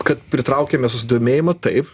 kad pritraukėme susidomėjimą taip